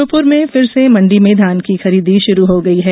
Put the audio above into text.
श्योपुर में फिर से मंडी में धान की खरीदी शुरू हो गई है